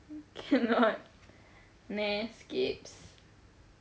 cannot meh skips